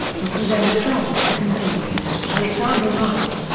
were present trends to continue, alexander writes,